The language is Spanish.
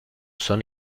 son